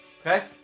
okay